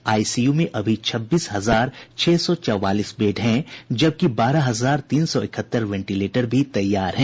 ICU में अभी छब्बीस हजार छह सौ चौवालीस बेड हैं जबकि बारह हजार तीन सौ इकहत्तर वेंटिलेंटर भी तैयार हैं